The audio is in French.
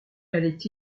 allait